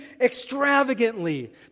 extravagantly